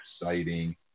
exciting